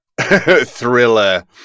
thriller